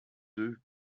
deux